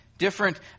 Different